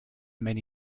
many